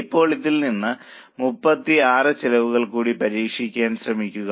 ഇപ്പോൾ ഈ 3 ൽ നിന്ന് 6 ചെലവുകൾ കൂടി പരീക്ഷിക്കാൻ ശ്രമിക്കുക